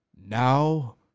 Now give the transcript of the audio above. Now